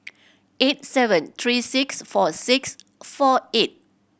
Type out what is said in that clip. eight seven three six four six four eight